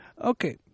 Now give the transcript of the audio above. Okay